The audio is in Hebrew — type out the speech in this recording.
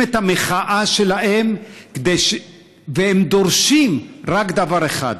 את המחאה שלהם והם דורשים רק דבר אחד: